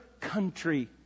country